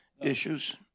issues